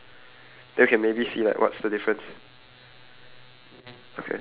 half half so you describe the first half of the picture I describe the second half